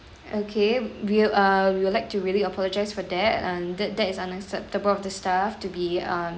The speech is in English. okay we'll uh we would like to really apologise for that and that that is unacceptable of the staff to be a